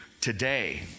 today